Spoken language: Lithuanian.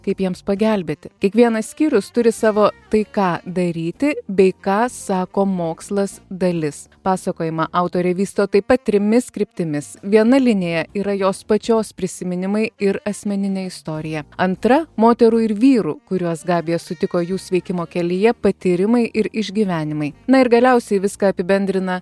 kaip jiems pagelbėti kiekvienas skyrius turi savo tai ką daryti bei ką sako mokslas dalis pasakojimą autorė vysto taip pat trimis kryptimis viena linija yra jos pačios prisiminimai ir asmeninė istorija antra moterų ir vyrų kuriuos gabija sutiko jų sveikimo kelyje patyrimai ir išgyvenimai na ir galiausiai viską apibendrina